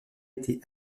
été